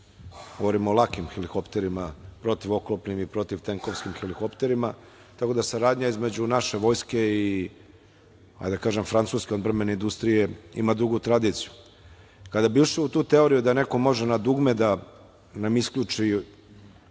Govorim o lakim helikopterima, protivoklopnim i protivtenkovskim helikopterima, tako da saradnja između naše Vojske i francuske odbrambene industrije ima dugu tradiciju. Kada bi išli u tu teoriju da neko može na dugme da nam isključi